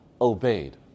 obeyed